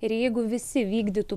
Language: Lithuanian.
ir jeigu visi vykdytų